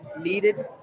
needed